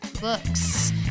Books